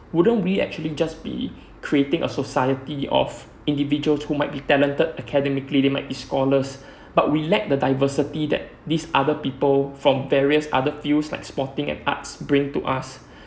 wouldn't we actually just be creating a society of individual who might be talented academically they might be scholars but we lack the diversity that this other people from various other fields like sporting and arts bring to us